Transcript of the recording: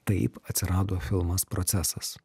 taip atsirado filmas procesas